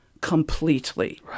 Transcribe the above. completely